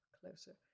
closer